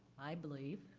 i believe,